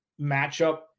matchup